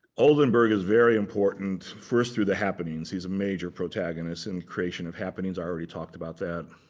oldenburg is very important first, through the happenings. he's a major protagonist in creation of happenings. i already talked about that.